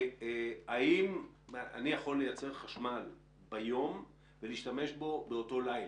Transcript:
האם אני יכול לייצר חשמל ביום ולהשתמש בו באותו לילה?